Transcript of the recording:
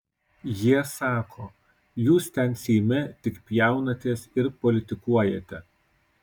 jie sako jūs ten seime tik pjaunatės ir politikuojate